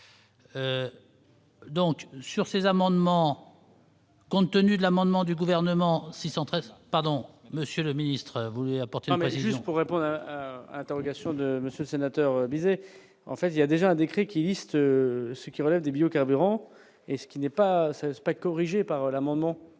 Donc sur ces amendements. Compte tenu de l'amendement du gouvernement 613 pardon, monsieur le ministre vous apporter, mais c'est juste. Pour répondre à l'interrogation de Monsieur sénateur Bizet, enfin il y a déjà un décret qui existent, ce qui relève des biocarburants et ce qui n'est pas 16 pas corrigée par l'amendement